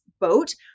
boat